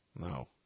no